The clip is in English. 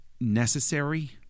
necessary